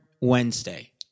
Wednesday